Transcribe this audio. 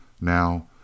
Now